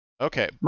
Okay